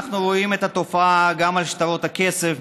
אנחנו רואים את התופעה גם עם שטרות הכסף,